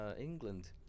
England